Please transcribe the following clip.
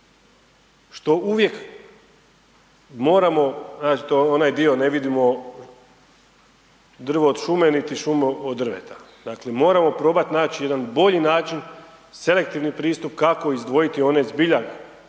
Što uvijek moramo raditi onaj dio, ne vidimo drvo od šume niti šumu od drveta. Dakle, moramo probati naći jedan bolji način selektivni pristup kako izdvojiti one zbilja